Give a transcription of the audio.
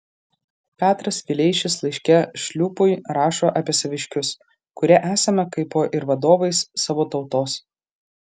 petras vileišis laiške šliūpui rašo apie saviškius kurie esame kaipo ir vadovais savo tautos